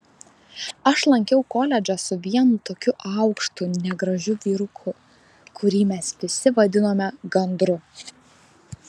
aš lankiau koledžą su vienu tokiu aukštu negražiu vyruku kurį mes visi vadinome gandru